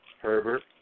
Herbert